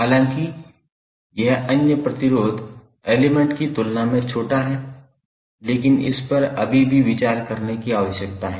हालांकि यह अन्य प्रतिरोध एलिमेंट की तुलना में छोटा है लेकिन इस पर अभी भी विचार करने की आवश्यकता है